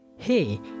hey